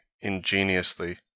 ingeniously